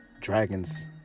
dragons